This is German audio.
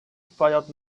feiert